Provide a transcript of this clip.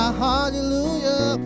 hallelujah